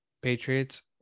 Patriots